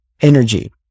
energy